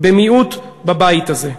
במיעוט בבית הזה,